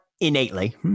innately